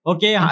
Okay